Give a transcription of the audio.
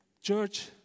Church